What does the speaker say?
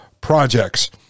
projects